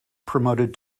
promoted